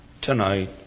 tonight